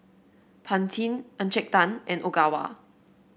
Pantene Encik Tan and Ogawa